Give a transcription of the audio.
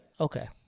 Okay